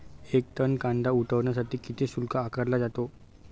एक टन कांदा उतरवण्यासाठी किती शुल्क आकारला जातो?